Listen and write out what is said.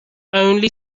only